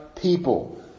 People